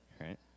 right